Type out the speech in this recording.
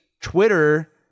Twitter